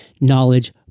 Knowledge